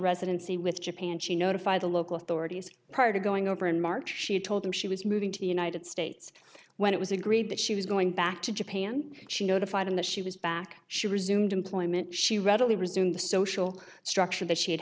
residency with japan she notified the local authorities prior to going over in march she had told him she was moving to the united states when it was agreed that she was going back to japan she notified him that she was back she resumed employment she readily resumed the social structure that she had